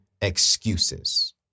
excuses